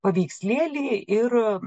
paveikslėlyje ir